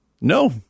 no